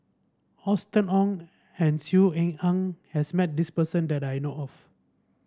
Austen Ong and Saw Ean Ang has met this person that I know of